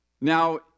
Now